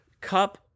Cup